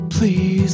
Please